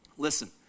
Listen